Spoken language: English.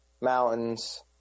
mountains